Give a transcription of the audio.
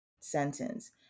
sentence